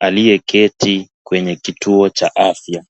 aliyeketi kwenye kituo cha afya.